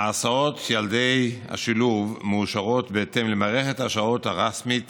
הסעות ילדי השילוב מאושרות בהתאם למערכת השעות הרשמית